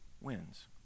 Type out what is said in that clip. wins